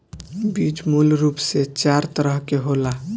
बीज मूल रूप से चार तरह के होला